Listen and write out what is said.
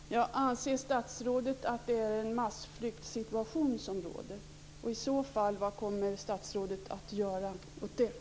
Fru talman! Anser statsrådet att en massflyktssituation råder? Vad kommer statsrådet i så fall att göra?